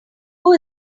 who